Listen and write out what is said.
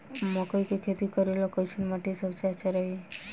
मकई के खेती करेला कैसन माटी सबसे अच्छा रही?